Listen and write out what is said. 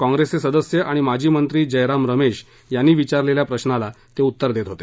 काँप्रेसचे सदस्य आणि माजी मंत्री जयराम रमेश यांनी विचारलेल्या प्रश्नाला ते उत्तर देत होते